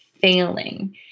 failing